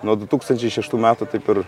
nuo du tūkstančiai šeštų metų taip ir